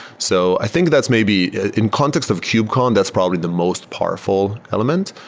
so i think that's maybe in context of kubecon, that's probably the most powerful element.